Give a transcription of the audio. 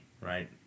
right